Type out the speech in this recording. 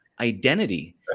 identity